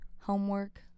Homework